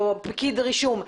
או פקיד רישום.